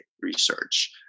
research